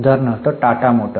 उदाहरणार्थ टाटा मोटर्स